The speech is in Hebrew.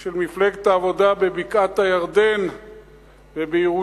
של מפלגת העבודה בבקעת-הירדן ובירושלים,